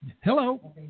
Hello